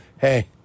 hey